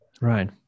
Right